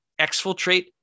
exfiltrate